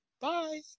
Bye